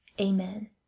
amen